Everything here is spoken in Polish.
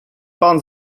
pan